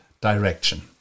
direction